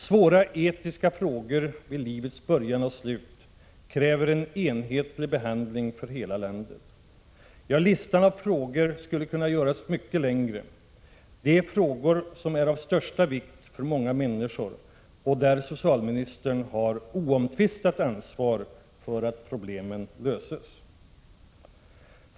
Svåra etiska frågor vid livets början och slut kräver en enhetlig behandling över hela landet. Ja, listan av frågor skulle kunna göras mycket längre. Det är frågor som är av största vikt för många människor, och här har socialministern ett oomtvistat ansvar för att problemen löses.